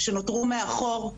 שנותנו מאחור,